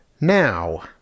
Now